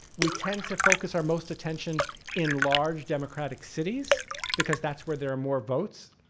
we tend to focus our most attention in large democratic cities because that's where there are more votes.